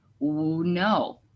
No